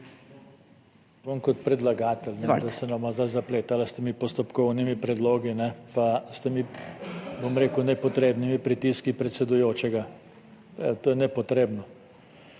Bom kot predlagatelj. Da se ne bova zdaj zapletala s temi postopkovnimi predlogi pa s temi, bom rekel, nepotrebnimi pritiski predsedujočega. To je nepotrebno.